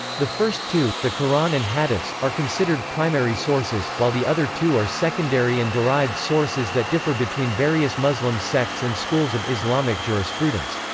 the first two, the quran and hadiths, are considered primary sources, while the other two are secondary and derived sources that differ between various muslim sects and schools of islamic jurisprudence.